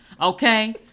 okay